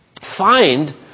find